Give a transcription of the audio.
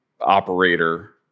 operator